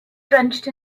drenched